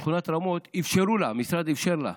בשכונת רמות אפשרו לה, המשרד אפשר לה,